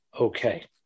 okay